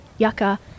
yucca